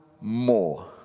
more